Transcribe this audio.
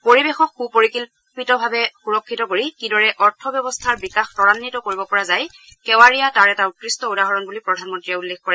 পৰিৱেশক সু পৰিকল্পিতভাৱে সুৰক্ষিত কৰি কি দৰে অৰ্থ ব্যৱস্থাৰ বিকাশ ত্ৰাল্বিত কৰিব পৰা যায় কেৱাড়িয়া তাৰ এটা উৎকৃষ্ট উদাহৰণ বুলি প্ৰধানমন্ত্ৰী উল্লেখ কৰে